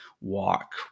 walk